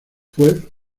fue